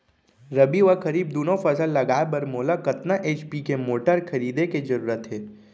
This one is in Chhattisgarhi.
रबि व खरीफ दुनो फसल लगाए बर मोला कतना एच.पी के मोटर खरीदे के जरूरत हे?